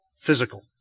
physical